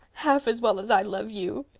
half as well as i love you.